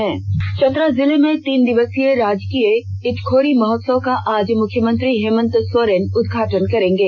इटखोरी महोत्सव चतरा जिले में तीन दिवसीय राजकीय इटखोरी महोत्सव का आज मुख्यमंत्री हेमंत सोरेन उद्घाटन करेंगे